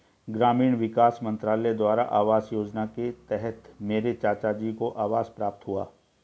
ग्रामीण विकास मंत्रालय द्वारा आवास योजना के तहत मेरे चाचाजी को आवास प्राप्त हुआ